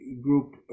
group